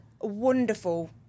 wonderful